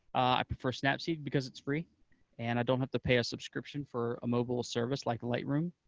i prefer snapseed because it's free and i don't have to pay a subscription for a mobile service like lightroom.